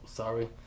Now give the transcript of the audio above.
Sorry